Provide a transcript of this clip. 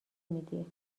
میدی